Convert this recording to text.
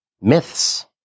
myths